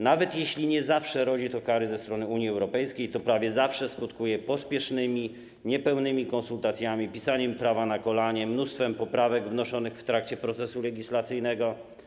Nawet jeśli nie zawsze powoduje to kary ze strony Unii Europejskiej, to prawie zawsze skutkuje pospiesznymi, niepełnymi konsultacjami, pisaniem prawa na kolanie, mnóstwem poprawek wnoszonych w trakcie procesu legislacyjnego.